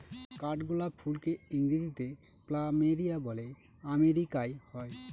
কাঠগোলাপ ফুলকে ইংরেজিতে প্ল্যামেরিয়া বলে আমেরিকায় হয়